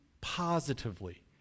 positively